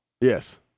Yes